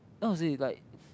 how to say like